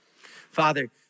Father